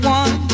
one